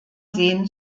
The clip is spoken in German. seen